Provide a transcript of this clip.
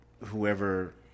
whoever